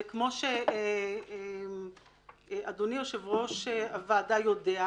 וכמו שאדוני יושב-ראש הוועדה יודע,